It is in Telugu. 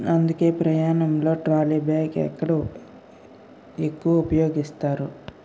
అందుకే ప్రయాణంలో ట్రాలీ బ్యాగ్ ఎక్కదు ఎక్కువ ఉపయోగిస్తారు